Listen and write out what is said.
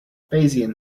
bayesian